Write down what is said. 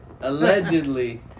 Allegedly